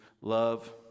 Love